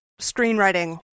screenwriting